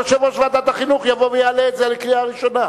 יושב-ראש ועדת החינוך יבוא ויעלה את זה לקריאה ראשונה.